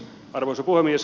arvoisa puhemies